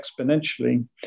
exponentially